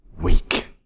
weak